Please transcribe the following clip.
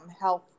health